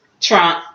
Trump